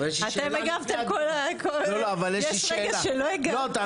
אתם הגבתם כל הזמן, יש רגע שלא הגבתם?